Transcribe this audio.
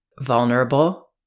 vulnerable